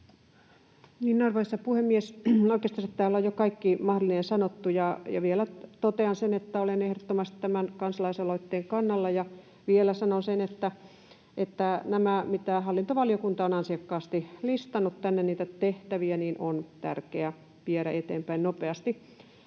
Arvoisa puhemies! Oikeastansa täällä on jo kaikki mahdollinen sanottu. Vielä totean sen, että olen ehdottomasti tämän kansalaisaloitteen kannalla, ja vielä sanon sen, että nämä tehtävät, mitä hallintovaliokunta on ansiokkaasti listannut tänne, on tärkeää viedä eteenpäin nopeasti.